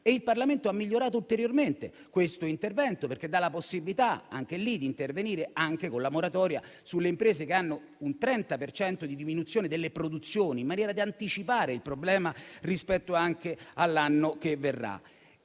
Il Parlamento ha migliorato ulteriormente questo intervento, dando la possibilità di intervenire anche con una moratoria per le imprese che hanno una diminuzione delle produzioni del 30 per cento, in maniera da anticipare il problema rispetto anche all'anno che verrà.